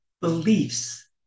beliefs